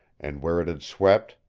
and where it had swept,